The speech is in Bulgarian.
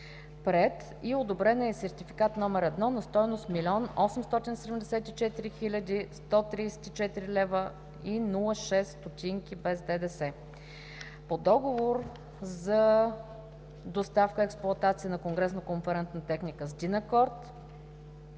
Приет и одобрен е сертификат № 1 на стойност 1 874 134,06 лв. без ДДС. - по Договор за доставка и експлоатация на конгресно-конферентна техника с „Динакорд